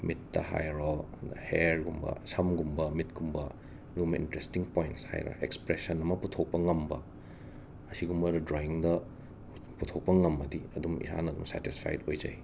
ꯃꯤꯠꯇ ꯍꯥꯏꯔꯣ ꯍꯦꯔꯒꯨꯝꯕ ꯁꯝꯒꯨꯝꯕ ꯃꯤꯠꯀꯨꯝꯕ ꯑꯗꯨꯒꯨꯝꯕ ꯏꯟꯇꯔꯦꯁꯇꯤꯡ ꯄꯣꯏꯟꯠꯁ ꯍꯥꯏꯔꯣ ꯑꯦꯛꯁꯄ꯭ꯔꯦꯁꯟ ꯑꯃ ꯄꯨꯊꯣꯛꯄ ꯉꯝꯕ ꯑꯁꯤꯒꯨꯝꯕ ꯗ꯭ꯔꯣꯌꯤꯡꯗ ꯄꯨꯊꯣꯛꯄ ꯉꯝꯃꯗꯤ ꯑꯗꯨꯝ ꯏꯁꯥꯅ ꯁꯦꯇꯤꯁꯐꯥꯏꯠ ꯢ ꯑꯣꯏꯖꯩ